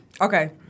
Okay